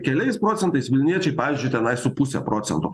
keliais procentais vilniečiai pavyzdžiui tenai su puse procentų